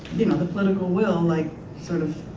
you know the political will like sort of